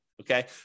okay